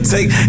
Take